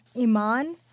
iman